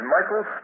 Michael